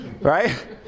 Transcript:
right